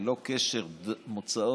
ללא קשר למוצא,